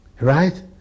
right